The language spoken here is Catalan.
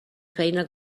feina